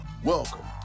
Welcome